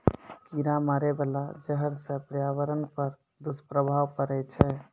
कीरा मारै बाला जहर सँ पर्यावरण पर दुष्प्रभाव पड़ै छै